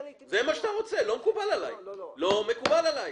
זה מה שאתה רוצה וזה לא מקובל עליי.